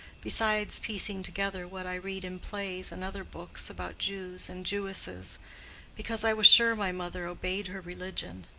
besides piecing together what i read in plays and other books about jews and jewesses because i was sure my mother obeyed her religion.